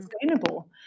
sustainable